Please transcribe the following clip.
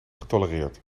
getolereerd